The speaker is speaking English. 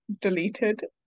deleted